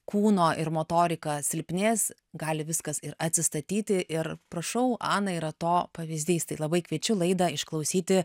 kūno ir motorika silpnės gali viskas ir atsistatyti ir prašau ana yra to pavyzdys tai labai kviečiu laidą išklausyti